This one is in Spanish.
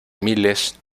miles